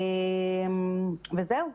זהו.